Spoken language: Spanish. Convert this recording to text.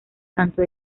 tanto